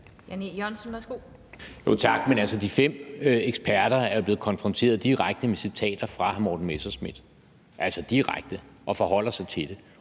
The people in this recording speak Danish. Jan E. Jørgensen (V): Tak. Men altså, de fem eksperter er jo blevet konfronteret direkte med citater fra hr. Morten Messerschmidt, altså direkte, og forholder sig til dem.